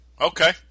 okay